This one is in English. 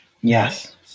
Yes